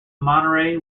monterey